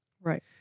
Right